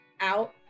out